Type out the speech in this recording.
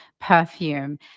perfume